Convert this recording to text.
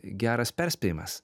geras perspėjimas